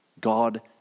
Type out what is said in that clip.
God